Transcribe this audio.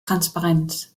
transparenz